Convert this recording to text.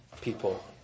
people